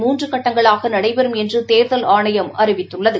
மூன்று கட்டங்களாக நடைபெறும் என்று தேர்தல் ஆணையம் அறிவித்துள்ளது